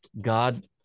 God